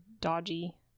dodgy